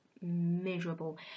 miserable